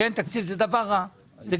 זה דבר רע שאין תקציב,